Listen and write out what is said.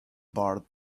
barred